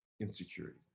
insecurity